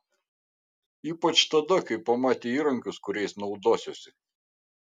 ypač tada kai pamatė įrankius kuriais naudosiuosi